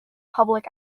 public